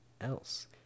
else